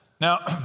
Now